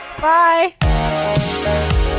Bye